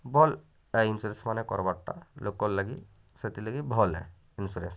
କର୍ବାରଟା ଲୋକ୍ରଲାଗି ସେଥିଲାଗି ଭଲ୍ ହେ ଇନ୍ସ୍ୟୁରାନ୍ସ